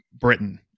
Britain